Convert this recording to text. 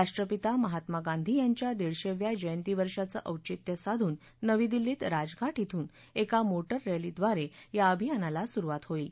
राष्ट्रपिता महात्मा गांधी यांच्या दीडशेव्या जयंतीवर्षांचं औचित्य साधून नवी दिल्लीत राजघाट इथून एका मोटर रस्ती द्वारे या अभियानाला सुरुवात होईल